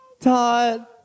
Todd